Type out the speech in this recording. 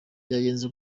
byagenze